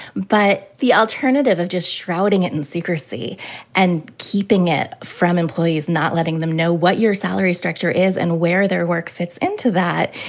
but the alternative of just shrouding it in secrecy and keeping it from employees, not letting them know what your salary structure is and where their work fits into that,